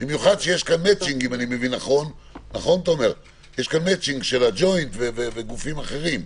במיוחד כשיש כאן מטצ'ינג של הג'וינט וגופים אחרים,